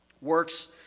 Works